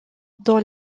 dans